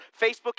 Facebook